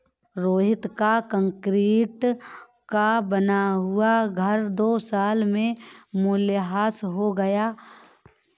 रोहित का कंक्रीट का बना हुआ घर दो साल में मूल्यह्रास हो गया